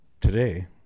today